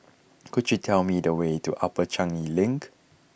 could you tell me the way to Upper Changi Link